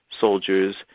soldiers